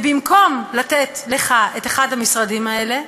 ובמקום לתת לך את אחד המשרדים האלה,